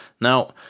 Now